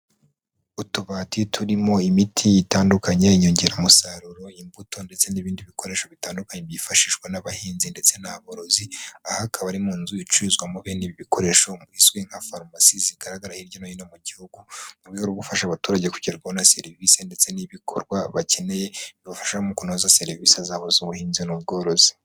Utubati turimo imiti itandukanye, inyongeramusaruro, imbuto ndetse n'ibindi bikoresho bitandukanye byifashishwa n'abahinzi ndetse n'aborozi, aha akaba ari mu nzu icuruzwamo bene ibi bikoresho izwi nka farumasi zigaragara hirya no hino mu gihugu ,mu rwego rwo gufasha abaturage kugerwaho na serivisi, ndetse n'ibikorwa bakeneye bibafasha mu kunoza serivisi zabo z'ubuhinzi n'ubworozi.